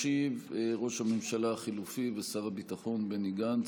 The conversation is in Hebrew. ישיב ראש הממשלה החלופי ושר הביטחון בני גנץ,